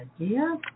idea